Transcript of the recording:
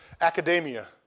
academia